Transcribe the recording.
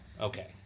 Okay